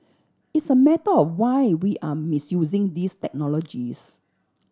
it's a matter of why we are misusing these technologies